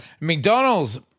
McDonald's